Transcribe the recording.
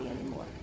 anymore